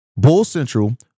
BULLCENTRAL